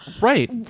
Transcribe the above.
Right